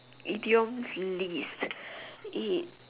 idioms list